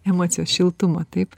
emocijos šiltumo taip